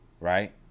Right